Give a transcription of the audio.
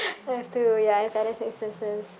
I have to ya I have other expenses